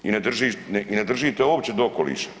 I ne držite uopće do okoliša.